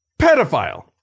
pedophile